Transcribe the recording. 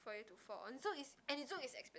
for you to afford and so is so is expensive